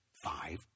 five